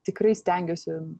tikrai stengiuosi